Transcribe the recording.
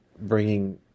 bringing